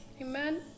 Amen